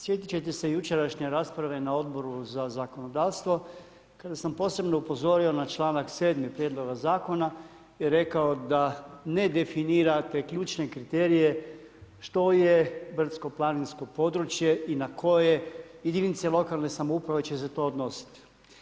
Sjetit ćete se jučerašnje rasprave na Odboru za zakonodavstvo kada sam posebno upozorio na članak 7. prijedloga zakona i rekao da ne definirate ključne kriterije što je brdsko-planinsko područje i na koje jedinice lokalne samouprave će se to odnositi.